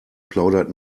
plaudert